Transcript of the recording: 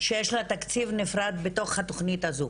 שיש לה תקציב נפרד בתוך התוכנית הזאת.